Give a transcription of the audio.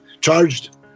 charged